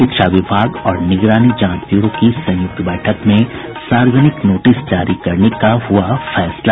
शिक्षा विभाग और निगरानी जांच ब्यूरो की संयुक्त बैठक में सार्वजनिक नोटिस जारी करने का हुआ फैसला